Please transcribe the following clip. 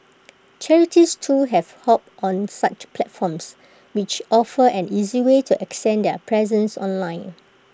charities too have hopped on such platforms which offer an easy way to extend their presence online